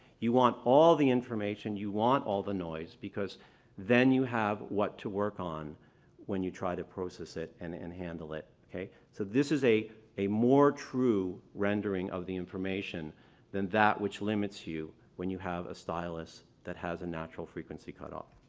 you want all the information, you want all the noise because then you have what to work on when you try to process it and and handle it, okay. so this is a a more true rendering of the information than that which limits you when you have a stylus that has a natural frequency cutoff.